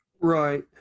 Right